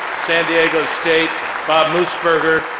san diego state bob mooseburger,